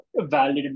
valid